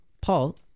Paul